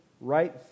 right